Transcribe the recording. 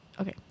Okay